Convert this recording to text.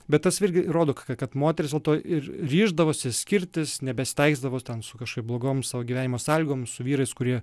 bet tas irgi rodo kad moterys dėl to ir ryždavosi skirtis nebesitaikstydavo ten su kažkokiom blogom savo gyvenimo sąlygom su vyrais kurie